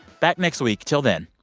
back next week. until then,